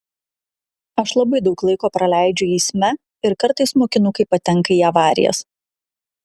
aš labai daug laiko praleidžiu eisme ir kartais mokinukai patenka į avarijas